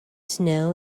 snow